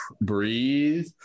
breathe